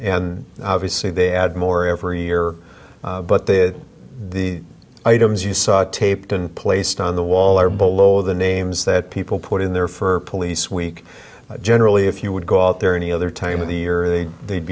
and obviously they add more every year but that the items you saw taped and placed on the wall or below the names that people put in there for police week generally if you would go out there any other time of the year they